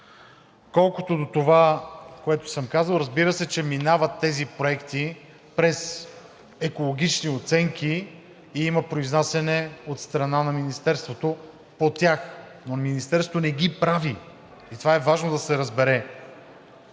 Колкото до това, което съм казал. Разбира се, че тези проекти минават през екологични оценки и има произнасяне от страна на Министерството по тях, но Министерството не ги прави и това е важно да се разбере.